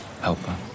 helper